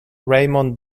raymond